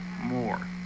more